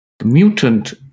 Mutant